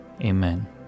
amen